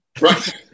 right